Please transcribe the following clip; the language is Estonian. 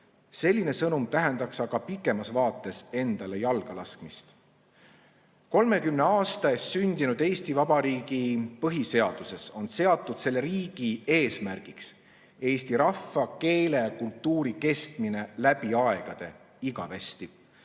Selline sõnum tähendaks aga pikemas vaates endale jalga [tulistamist]. 30 aasta eest sündinud Eesti Vabariigi põhiseaduses on seatud selle riigi eesmärgiks eesti [rahvuse], keele ja kultuuri kestmine läbi aegade, igavesti.